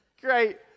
great